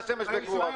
כצאת השמש בגבורתו.